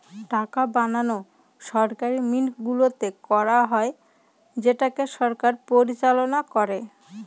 টাকা বানানো সরকারি মিন্টগুলোতে করা হয় যেটাকে সরকার পরিচালনা করে